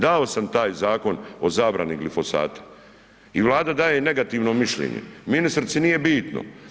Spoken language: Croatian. Dao sam taj zakon o zabrani glifosata i Vlada daje negativno mišljenje, ministrici nije bitno.